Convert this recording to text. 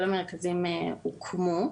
למיטב ידיעתי בנושא, כל המרכזים הוקמו.